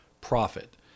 profit